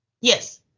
Yes